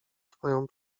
twoją